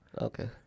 Okay